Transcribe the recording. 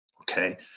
Okay